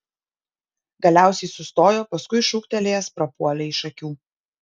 galiausiai sustojo paskui šūktelėjęs prapuolė iš akių